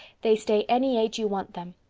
they stay any age you want them.